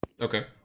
okay